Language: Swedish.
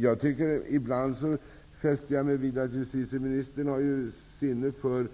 Jag fäster mig vid att justitieministern ibland har sinne för